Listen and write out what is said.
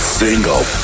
single